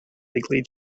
legally